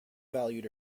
valued